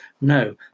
No